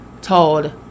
told